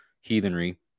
heathenry